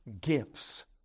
gifts